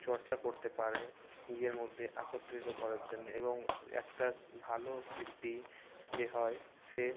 চর্চা করতে পারে নিজের মধ্যে একত্রিত করার জন্য এবং একটা ভালো শিল্পী যে হয় সে